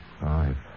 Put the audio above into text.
Five